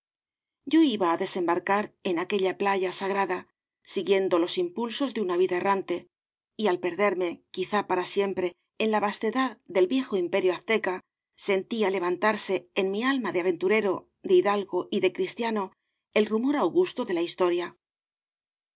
yo iba á desembarcar en aquella playa sagrada siguiendo los impulsos de una vida errante y al perderme quizá para siempre en la vastedad del viejo imperio azteca sentía levantarse en mi alma de aventurero de hidalgo y de cristiano el rumor augusto de la historia